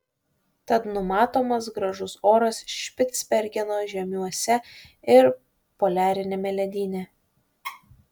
tad numatomas gražus oras špicbergeno žiemiuose ir poliariniame ledyne